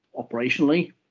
operationally